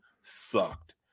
sucked